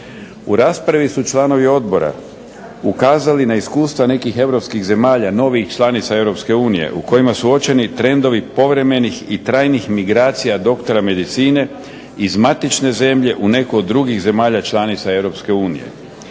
U raspravi su članovi odbora ukazali na iskustva nekih europskih zemalja, novijih članica Europske unije, u kojima su uočeni trendovi povremenih i trajnih migracija doktora medicine iz matične zemlje u neku od drugih zemalja članica